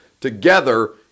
together